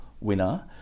winner